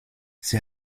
sie